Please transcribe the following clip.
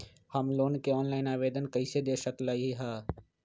हम लोन के ऑनलाइन आवेदन कईसे दे सकलई ह?